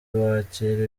wakira